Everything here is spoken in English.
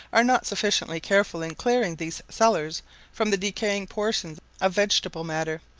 are not sufficiently careful in clearing these cellars from the decaying portions of vegetable matter,